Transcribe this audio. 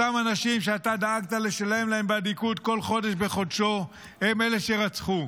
אותם אנשים שאתה דאגת לשלם להם באדיקות כל חודש בחודשו הם אלה שרצחו.